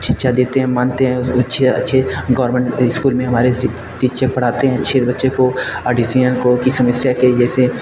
शिक्षा देते हैं मानते हैं उसको अच्छ अच्छे गौरमेंट इस्कूल में हमारे शिक शिक्षक पढ़ाते हैं अच्छे बच्चे को आर्डिसियन को की समस्या के जैसे